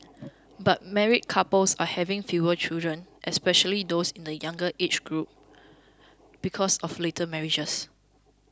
but married couples are having fewer children especially those in the younger age groups because of later marriages